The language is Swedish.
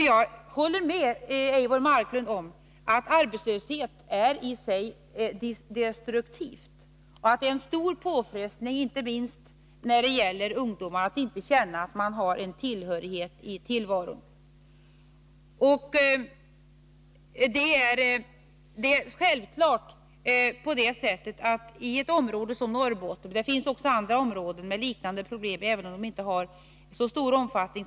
Jag håller med Eivor Marklund om att arbetslöshet i sig är destruktivt och att det är en stor påfrestning, inte minst för ungdomar, att inte känna att de hör hemma någonstans i tillvaron. Det är självklart att den här modlösheten tar sig speciella uttryck i ett område som Norrbotten — det finns också andra områden med liknande problem, även om de inte där har så stor omfattning.